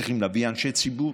צריכים להביא אנשי ציבור,